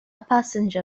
passenger